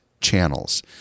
channels